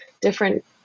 different